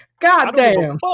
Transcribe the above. goddamn